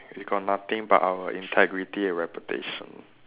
we got nothing but our integrity and reputation